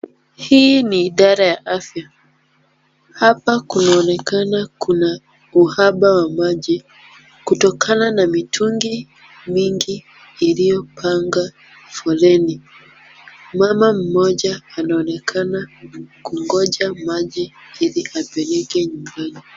Hii ni idara ya afya. Hapa kunaonekana kuna uhaba wa maji, kutokana na mitungi mingi iliyopanga foleni. Mama mmoja anaonekana kugoja maji ili apeleke nyumbani.